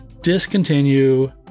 Discontinue